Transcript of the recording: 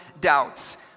doubts